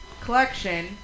collection